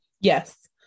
Yes